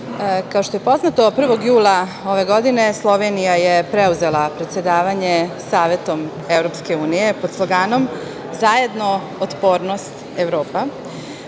kao što je poznato, 1. jula ove godine Slovenija je preuzela predsedavanje Savetom EU, pod sloganom „Zajedno. Otpornost. Evropa“.